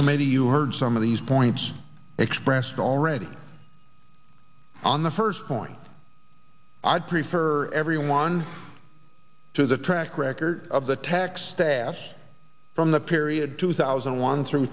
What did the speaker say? committee you heard some of these points expressed already on the first point i'd prefer everyone to the track record of the tax status from the period two thousand and one through